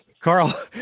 carl